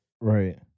right